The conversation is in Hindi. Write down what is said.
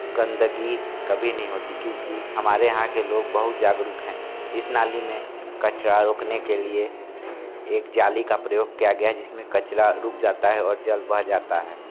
गंदगी कभी नहीं होती क्योंकि हमारे यहाँ के लोग बहुत जागरूक हैं इस नाली में कचरा रोकने के लिए एक जाली का प्रयोग किया गया है जिसमें कचरा रुक जाता है और जल बह जाता है